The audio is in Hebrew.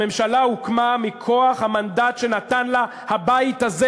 הממשלה הוקמה מכוח המנדט שנתן לה הבית הזה,